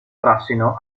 frassino